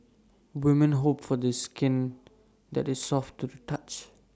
women hope for skin that is soft to the touch